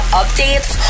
updates